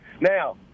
Now